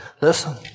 listen